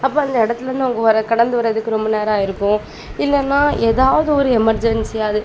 அப்போ அந்த இடத்துலேந்து அவங்க வர கடந்து வர்றதுக்கு ரொம்ப நேரம் ஆயிருக்கும் இல்லைன்னா ஏதாவது ஒரு எமர்ஜென்சியாது